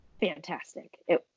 fantastic